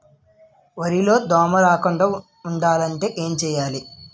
వరిలో దోమ రాకుండ ఉండాలంటే ఏంటి చేయాలి?